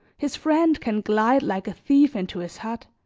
his friend can glide like a thief into his hut